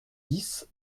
dix